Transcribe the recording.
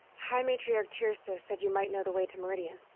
high matriarch teersa said you might know the way to meridian.